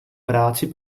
práci